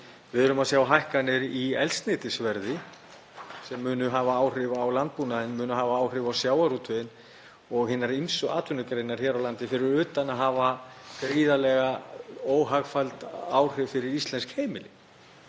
Við erum að sjá hækkanir í eldsneytisverði sem munu hafa áhrif á landbúnaðinn, munu hafa áhrif á sjávarútveginn og hinar ýmsu atvinnugreinar hér á landi fyrir utan að hafa gríðarlega óhagfelld áhrif fyrir íslensk heimili.